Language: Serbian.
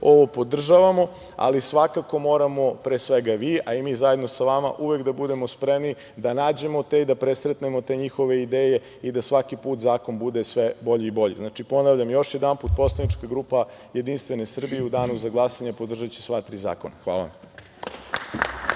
ovo podržavamo, ali svakako moramo, pre svega vi, a i mi zajedno sa vama uvek da budemo spremni da nađemo te i da presretnemo te njihove ideje i da svaki put zakon bude sve bolji i bolji. Ponavljam još jedanput poslanička grupa Jedinstvene Srbije u danu za glasanje podržaće sva tri zakona. Hvala.